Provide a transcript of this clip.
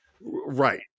Right